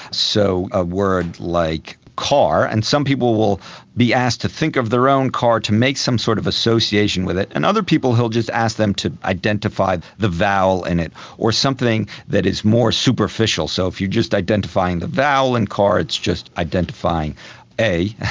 so a word like car, and some people will be asked to think of their own car to make some sort of association with it, and other people he will just ask them to identify the the vowel in it or something that is more superficial. so if you are just identifying the vowel, in car it's just identifying a,